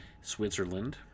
Switzerland